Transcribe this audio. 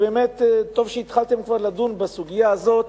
באמת טוב שהתחלתם כבר לדון בסוגיה הזאת,